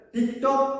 TikTok